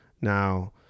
now